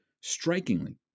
Strikingly